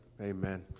Amen